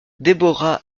deborah